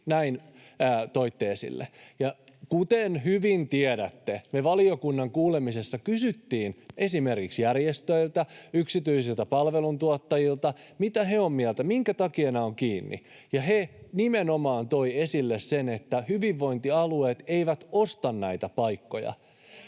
näin toitte esille. Kuten hyvin tiedätte, me valiokunnan kuulemisessa kysyttiin esimerkiksi järjestöiltä, yksityisiltä palveluntuottajilta, mitä mieltä he ovat, minkä takia nämä ovat kiinni. He nimenomaan toivat esille sen, että hyvinvointialueet eivät osta näitä paikkoja.